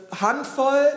Handvoll